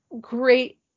great